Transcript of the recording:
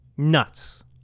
Nuts